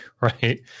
right